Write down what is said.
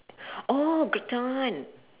oh gratin